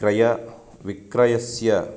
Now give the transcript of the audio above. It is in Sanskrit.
क्रयविक्रयस्य